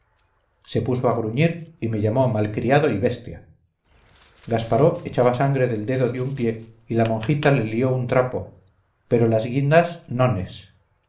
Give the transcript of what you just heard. se puso a gruñir y me llamó mal criado y bestia gasparó echaba sangre del dedo de un pie y la monjita le lió un trapo pero las guindas nones